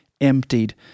emptied